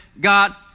God